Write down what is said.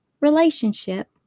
relationship